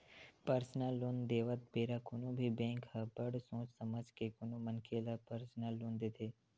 personal loan देवत बेरा कोनो भी बेंक ह बड़ सोच समझ के कोनो मनखे ल परसनल लोन देथे